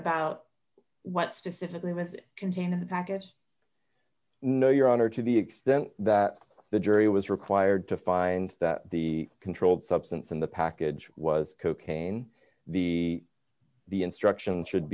about what specifically was contained in the package no your honor to the extent that the jury was required to find that the controlled substance in the package was cocaine the the instructions should